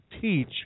teach